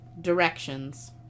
directions